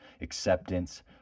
acceptance